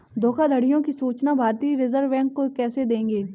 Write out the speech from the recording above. धोखाधड़ियों की सूचना भारतीय रिजर्व बैंक को कैसे देंगे?